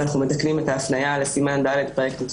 ואנחנו מתקנים את ההפניה לסימן ד פרק טו